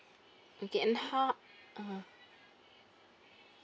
okay and how ah